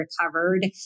recovered